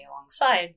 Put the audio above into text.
alongside